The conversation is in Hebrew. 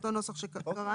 באותו נוסח שקראנו.